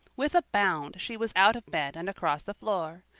with a bound she was out of bed and across the floor.